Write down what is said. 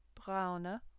braune